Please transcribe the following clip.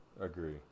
agree